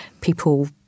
people